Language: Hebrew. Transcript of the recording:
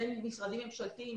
בין משרדים ממשלתיים,